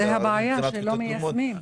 הבעיה היא שלא מיישמים.